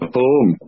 Boom